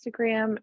Instagram